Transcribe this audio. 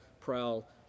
prowl